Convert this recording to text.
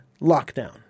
lockdown